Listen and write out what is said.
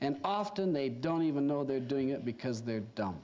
and after they don't even know they're doing it because they're dumb